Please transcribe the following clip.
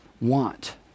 want